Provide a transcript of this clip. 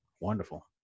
wonderful